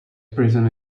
prison